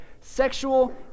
Sexual